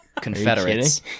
confederates